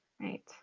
Right